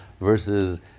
versus